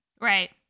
Right